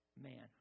man